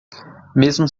mesmo